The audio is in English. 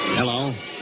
Hello